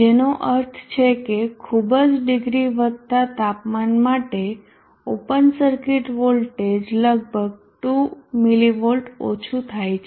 જેનો અર્થ છે કે ખૂબ જ ડિગ્રી વધતા તાપમાન માટે ઓપન સર્કિટ વોલ્ટેજ લગભગ 2 mv ઓછું થાય છે